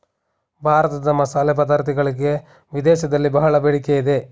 ಭಾರತದ ಮಸಾಲೆ ಪದಾರ್ಥಗಳಿಗೆ ವಿದೇಶದಲ್ಲಿ ಬಹಳ ಬೇಡಿಕೆ ಇದೆ